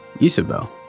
Isabel